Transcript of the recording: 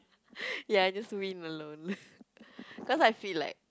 ya just win alone cause I feel like